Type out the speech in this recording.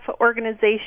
organization